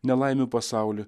nelaimių pasaulį